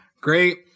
great